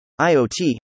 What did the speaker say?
IOT